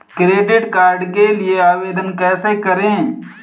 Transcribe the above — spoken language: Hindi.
क्रेडिट कार्ड के लिए आवेदन कैसे करें?